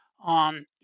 on